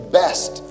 best